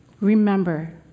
Remember